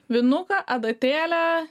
vinuką adatėlę